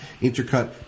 intercut